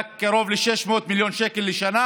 שהיה קרוב ל-600 מיליון שקל לשנה.